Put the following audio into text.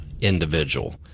individual